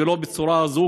ולא בצורה הזו.